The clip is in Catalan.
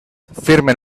firmen